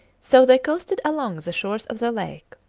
so they coasted along the shores of the lake.